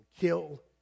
kill